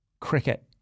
cricket